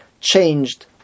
changed